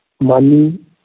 money